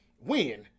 win